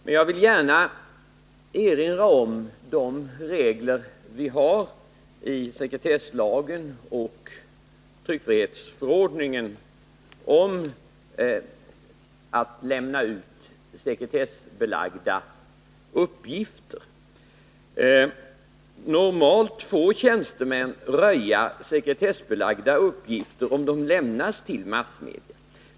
Men jag vill gärna erinra om de regler vi har i sekretesslagen och tryckfrihetsförordningen om att lämna ut sekretessbelagda uppgifter. Normalt får tjänstemän röja sekretessbelagda uppgifter, om de lämnas till massmedia.